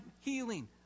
healing